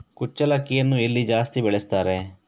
ಕುಚ್ಚಲಕ್ಕಿಯನ್ನು ಎಲ್ಲಿ ಜಾಸ್ತಿ ಬೆಳೆಸ್ತಾರೆ?